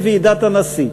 ראיתי אתכם בוועידת הנשיא,